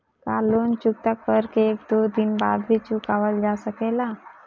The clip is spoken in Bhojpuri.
का लोन चुकता कर के एक दो दिन बाद भी चुकावल जा सकेला?